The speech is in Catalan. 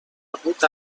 hagut